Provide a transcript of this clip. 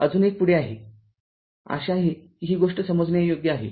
अजून एक पुढे आहेआशा आहे की गोष्टी समजण्यायोग्य आहेत